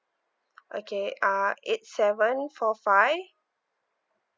okay uh eight seven four five